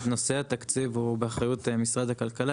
נושא התקציב הוא באחריות משרד הכלכלה.